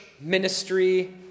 ministry